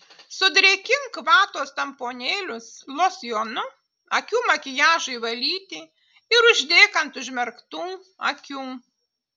sudrėkink vatos tamponėlius losjonu akių makiažui valyti ir uždėk ant užmerktų akių